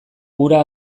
hura